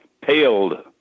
paled